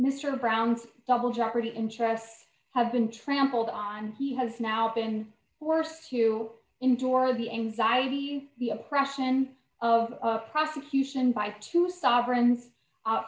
mr brown's double jeopardy interests have been trampled on he has now been forced to endure the anxiety the oppression of the prosecution by two sovereign